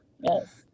yes